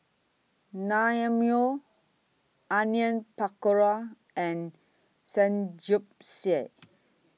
Naengmyeon Onion Pakora and Samgyeopsal